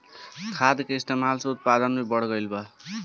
खाद के इस्तमाल से उत्पादन भी बढ़ गइल बा